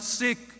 sick